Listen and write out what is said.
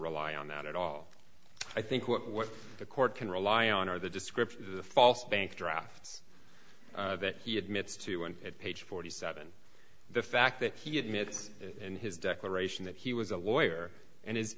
rely on that at all i think what the court can rely on are the descriptions of the false bank drafts that he admits to one at page forty seven the fact that he admits in his declaration that he was a lawyer and his